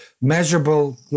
Measurable